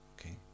Okay